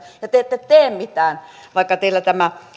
ja te te ette te mitään vaikka teillä tämä